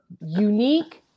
unique